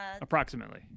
Approximately